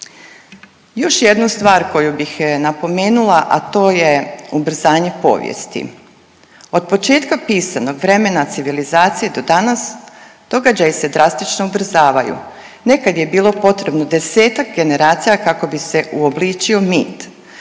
Još jednu stvar koju bih napomenula, a to je ubrzanje povijesti. Od početka pisanog vremena civilizacije do danas događaji se drastično ubrzavaju. Nekad je bilo potrebno desetak generacija kako bi se uobličio mit.